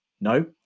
No